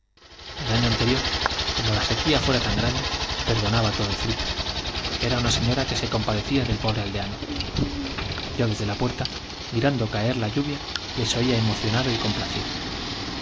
el año anterior como la sequía y siete centeno todo el fruto era una fuera tan grande perdonaba señora que se compadecía del pobre aldeano yo desde la puerta mirando caer la lluvia les oía emo con los ojos cionado y complacido